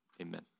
Amen